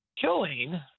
killing